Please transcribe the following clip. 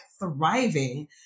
thriving